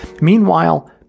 Meanwhile